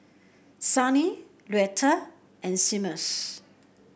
Sunny Luetta and Seamus